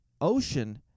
ocean